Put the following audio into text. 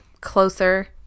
closer